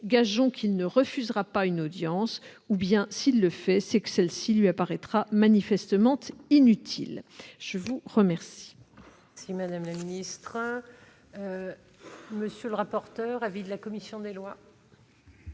Gageons qu'il ne refusera pas une audience. S'il le fait, c'est que celle-ci lui apparaîtra manifestement inutile. Quel